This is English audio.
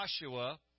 Joshua